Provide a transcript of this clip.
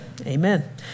Amen